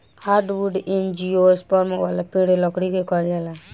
hardwood angiosperm वाला पेड़ लकड़ी के कहल जाला